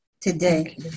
today